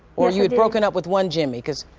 or you had broken up with one jimmy, because